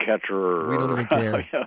catcher